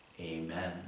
Amen